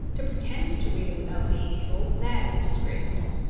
to pretend to read it without being able that is disgraceful.